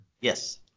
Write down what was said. Yes